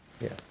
Yes